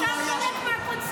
אתה חלק מהקונספציה.